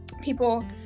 people